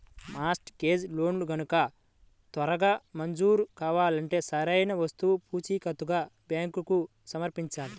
mart gauge లోన్లు గనక త్వరగా మంజూరు కావాలంటే సరైన ఆస్తులను పూచీకత్తుగా బ్యాంకులకు సమర్పించాలి